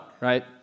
right